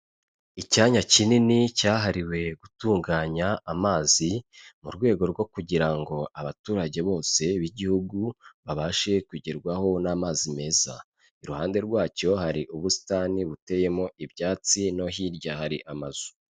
Icyanya kinini cy'ahariwe gutunganya amazi, mu rwego rwo kugira ngo abaturage bose b'igihugu babashe kugerwaho n'amazi meza, iruhande rwacyo hari ubusitani buteyemo ibyatsi no hirya hari amazu.